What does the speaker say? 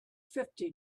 fifty